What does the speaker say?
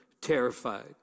terrified